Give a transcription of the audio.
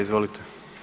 Izvolite.